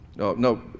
No